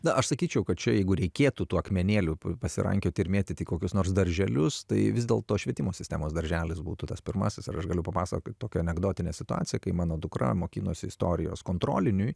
na aš sakyčiau kad čia jeigu reikėtų tų akmenėlių pasirankioti ir mėtyti kokius nors darželius tai vis dėlto švietimo sistemos darželis būtų tas pirmasis ir aš galiu papasakoti tokią anekdotinę situaciją kai mano dukra mokinosi istorijos kontroliniui